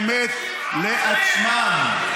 הפחדנות לומר את האמת לעצמם.